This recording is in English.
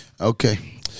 Okay